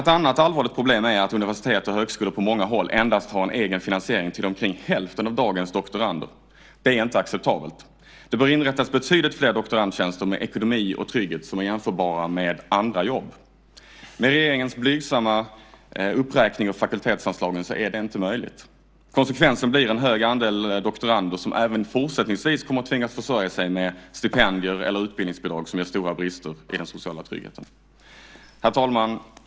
Ett annat allvarligt problem är att universitet och högskolor på många håll har en egen finansiering till endast omkring hälften av dagens doktorander. Det är inte acceptabelt. Det bör inrättas betydligt fler doktorandtjänster med ekonomi och trygghet som är jämförbara med andra jobb. Med regeringens blygsamma uppräkning av fakultetsanslagen är det inte möjligt. Konsekvensen blir en stor andel doktorander som även fortsättningsvis kommer att tvingas försörja sig med stipendier eller utbildningsbidrag som ger stora brister i den sociala tryggheten.